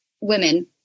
women